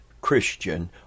Christian